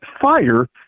fire